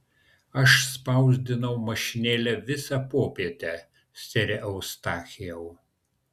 aš spausdinau mašinėle visą popietę sere eustachijau